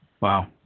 Wow